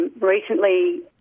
Recently